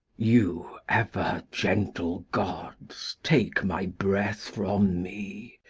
you ever gentle gods take my breath from me,